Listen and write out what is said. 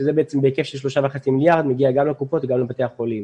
שזה בהיקף של 3.5 מיליארד מגיע גם לקופות וגם לבתי החולים.